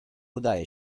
udaje